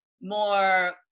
more